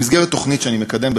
במסגרת תוכנית שאני מקדם,